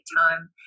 time